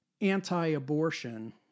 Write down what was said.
anti-abortion